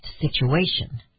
situation